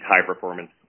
high-performance